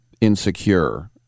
insecure